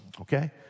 okay